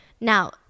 Now